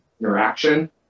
interaction